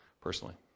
personally